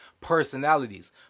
personalities